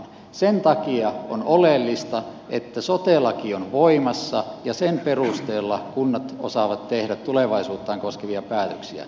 sen takia on oleellista että sote laki on voimassa ja sen perusteella kunnat osaavat tehdä tulevaisuuttaan koskevia päätöksiä